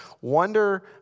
wonder